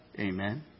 Amen